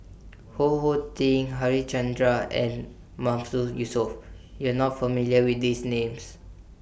Ho Ho Ding Harichandra and Mahmood Yusof YOU Are not familiar with These Names